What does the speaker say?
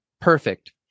perfect